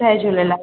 Jay Jhulelal